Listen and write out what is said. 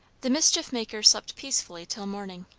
the mischief-maker slept peacefully till morning.